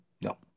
No